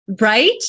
Right